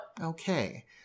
Okay